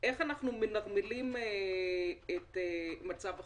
איך אנחנו מנרמלים את מצב החירום.